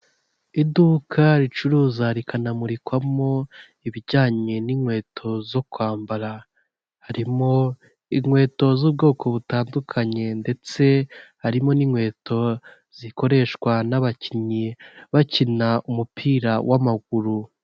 Iduka ricuruza rikanamurikwamo ibijyanye n'inkweto zo kwambara, harimo inkweto z'ubwoko butandukanye, ndetse harimo n'inkweto zikoreshwa n'abakinnyi bakina umupira w'amaguru.